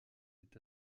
est